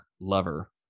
lover